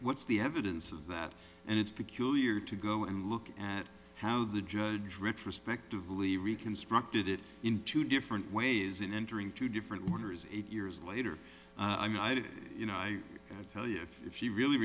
what's the evidence of that and it's peculiar to go and look at how the judge rich respectively reconstructed it in two different ways in entering two different orders eight years later i mean i did you know i tell you if you really